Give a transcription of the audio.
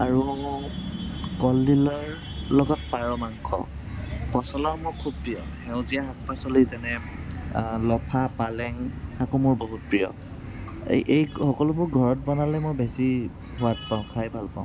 আৰু কলডিলৰ লগত পাৰৰ মাংস পচলাসমূহ খুব প্ৰিয় সেউজীয়া শাক পাচলি যেনে লফা পালেং শাকো মোৰ বহুত প্ৰিয় এই এই সকলোবোৰ ঘৰত বনালে মই বেছি সোৱাদ পাওঁ খাই ভালপাওঁ